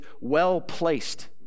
well-placed